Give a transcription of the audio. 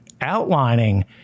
outlining